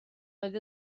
oedd